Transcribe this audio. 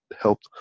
helped